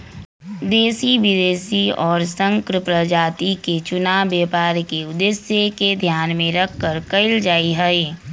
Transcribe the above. देशी, विदेशी और संकर प्रजाति के चुनाव व्यापार के उद्देश्य के ध्यान में रखकर कइल जाहई